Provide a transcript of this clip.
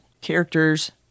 characters